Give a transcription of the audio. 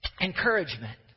Encouragement